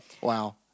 Wow